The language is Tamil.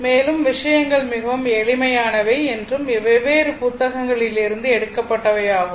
மேலும் விஷயங்கள் மிகவும் எளிமையானவை என்றும் வெவ்வேறு புத்தகங்களிலிருந்து எடுக்கப்பட்டவை ஆகும்